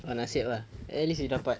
mana siap lah at least you dapat